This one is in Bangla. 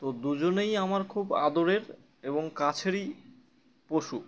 তো দুজনেই আমার খুব আদরের এবং কাছেরই পশু